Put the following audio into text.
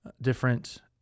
different